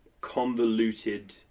convoluted